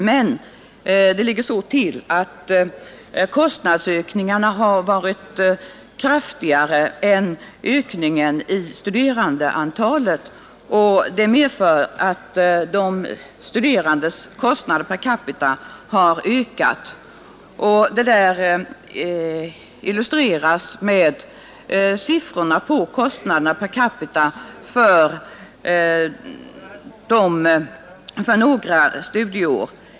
Men det ligger så till att kostnadsökningarna har varit kraftigare än ökningen av studerandeantalet, och det medför att de studerandes kostnader per capita har ökat. Detta kan illustreras med siffror beträffande kostnaderna per capita för några studieår.